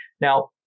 Now